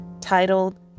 titled